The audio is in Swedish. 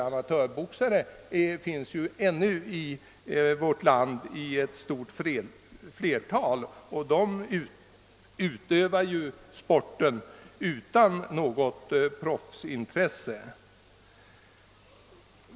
Amatörboxare finns nämligen ännu i vårt land i stort antal, och de utövar ju sporten utan något proffsintresse.